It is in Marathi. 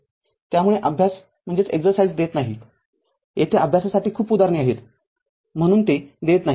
त्यामुळे अभ्यास देत नाही येथे अभ्यासासाठी खुप उदाहरणे आहेत म्हणून ते देत नाही